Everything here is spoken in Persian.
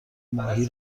ماهی